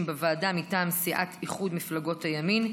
בוועדה: מטעם סיעת איחוד מפלגות הימין,